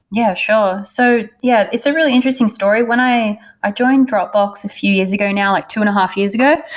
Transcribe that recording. yeah, sure. so yeah, it's a really interesting story. when i i joined dropbox a few years ago now, like two and a half years ago,